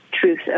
truth